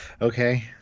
okay